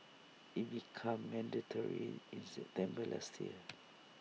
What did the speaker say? IT became mandatory in September last year